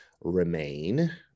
remain